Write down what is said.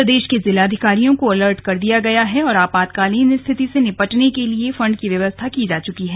प्रदेश के जिलाधिकारियों को अलर्ट कर दिया गया है और आपातकालीन स्थिति से निपटने के लिए फंड की व्यवस्था की जा चुकी है